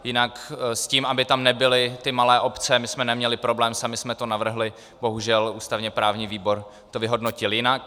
Jinak s tím, aby tam nebyly malé obce, jsme my neměli problém, sami jsme to navrhli, bohužel ústavněprávní výbor to vyhodnotil jinak.